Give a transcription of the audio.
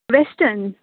western